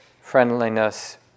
friendliness